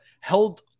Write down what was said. held